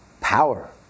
power